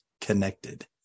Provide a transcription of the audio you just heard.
connected